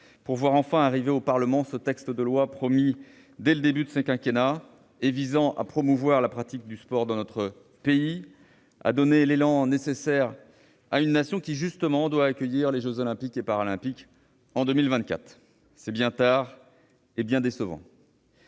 pour voir enfin arriver ce texte au Parlement. Celui-ci avait pourtant été promis dès le début de ce quinquennat. Il vise à promouvoir la pratique du sport dans notre pays, donnant ainsi l'élan nécessaire à une nation qui, justement, doit accueillir les jeux Olympiques et Paralympiques en 2024. C'est bien tard, et bien décevant.